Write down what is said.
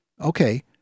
Okay